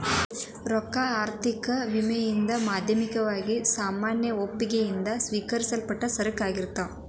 ರೊಕ್ಕಾ ಆರ್ಥಿಕ ವಿನಿಮಯದ್ ಮಾಧ್ಯಮವಾಗಿ ಸಾಮಾನ್ಯ ಒಪ್ಪಿಗಿ ಯಿಂದ ಸ್ವೇಕರಿಸಲ್ಪಟ್ಟ ಸರಕ ಆಗಿರ್ತದ್